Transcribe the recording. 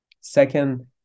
second